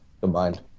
combined